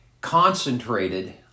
concentrated